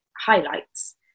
highlights